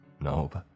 Nope